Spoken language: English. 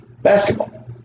basketball